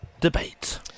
debate